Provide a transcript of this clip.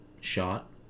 shot